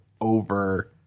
over